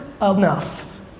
Enough